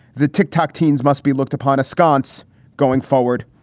the tick tock teens must be looked upon askance going forward.